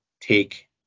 take